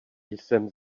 jsem